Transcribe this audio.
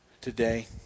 today